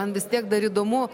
man vis tiek dar įdomu